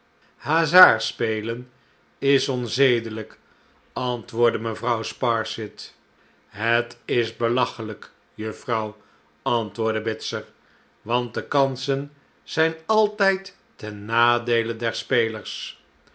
hazardspelen is onzedelijk antwoordde mevrouw sparsit het is belachelijk juffrouw antwoordde bitzer want de kansen zijn altijd ten nadeele der spelers